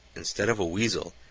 instead of a weasel,